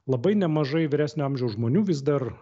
labai nemažai vyresnio amžiaus žmonių vis dar